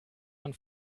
man